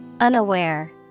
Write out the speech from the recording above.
Unaware